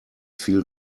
feel